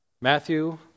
Matthew